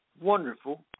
wonderful